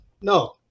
No